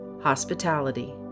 hospitality